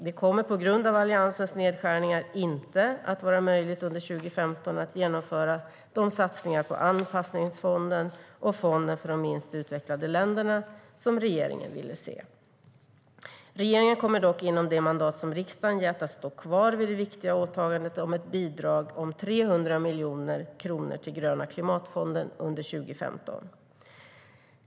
Det kommer på grund av Alliansens nedskärningar inte att vara möjligt under 2015 att genomföra de satsningar på anpassningsfonden och fonden för de minst utvecklade länderna som regeringen ville se. Regeringen kommer dock inom det mandat som riksdagen gett att stå kvar vid det viktiga åtagandet om ett bidrag om 300 miljoner kronor till Gröna klimatfonden under 2015.